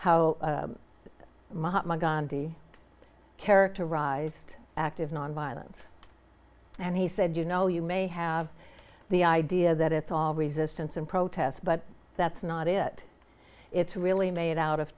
gandhi characterized active nonviolence and he said you know you may have the idea that it's all resistance and protest but that's not it it's really made out of